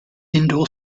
indoor